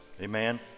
Amen